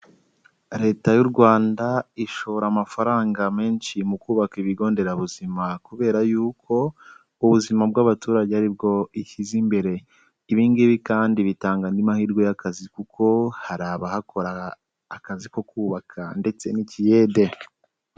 Leta y'u Rwanda ishora amafaranga menshi mu kubaka ibigo nderabuzima kubera y'uko ubuzima bw'abaturage ari bwo ishyize imbere. Ibi ngibi kandi bitanga andi mahirwe y'akazi kuko hari abahakora akazi ko kubaka ndetse n'ikiyede.